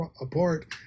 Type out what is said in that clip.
apart